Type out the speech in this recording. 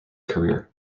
career